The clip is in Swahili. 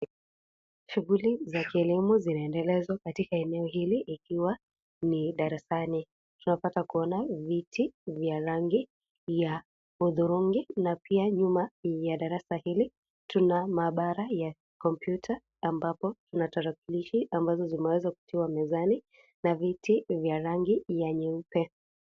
Shughuli za kilimo zinaendelezwa katika eneo hili, likiwa ni darasani. Tunapata kuona viti vya rangi ya hudhurungi na pia nyuma ni ya darasa hili, tuna maabara ya kompyuta, ambapo tunatarakilishi ambazo zimeweza kutiwa mezani na viti vya rangi ya nyeupe.